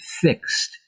fixed